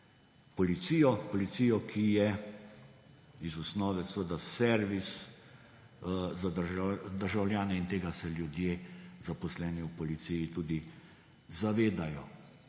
policijo, ki je iz osnove seveda servis za državljane in tega se ljudje, zaposleni v Policiji, tudi zavedajo.